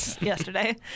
yesterday